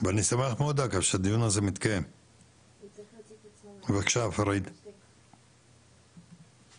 אני רוצה לצטט מה שנבדק לעניין בדיקת החלופות וההחלטה על החלופה שנבחרה.